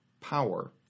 Power